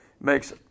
makes –